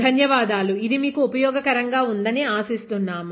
ధన్యవాదాలు ఇది మీకు ఉపయోగ కరంగా ఉందని ఆశిస్తున్నాము